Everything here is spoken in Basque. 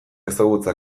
ezagutza